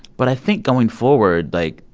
but i think going forward, like,